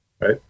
Right